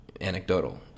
anecdotal